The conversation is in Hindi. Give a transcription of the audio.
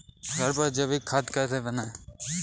घर पर जैविक खाद कैसे बनाएँ?